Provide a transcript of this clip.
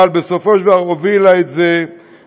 אבל בסופו של דבר הובילה את זה איה,